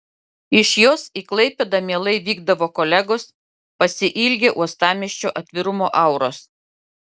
iš jos į klaipėdą mielai vykdavo kolegos pasiilgę uostamiesčio atvirumo auros